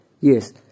Yes